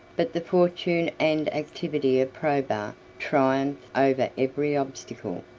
but the fortune and activity of probus triumphed over every obstacle.